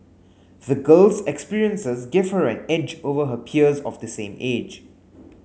the girl's experiences gave her an edge over her peers of the same age